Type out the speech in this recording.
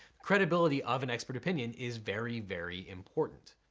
credibility of an expert opinion is very very important.